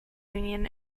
union